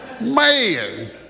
man